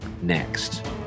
next